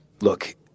look